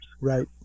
Right